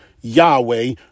Yahweh